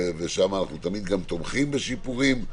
ושם אנחנו תמיד גם תומכים בשיפורים,